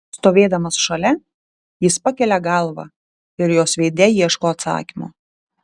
stovėdamas šalia jis pakelia galvą ir jos veide ieško atsakymo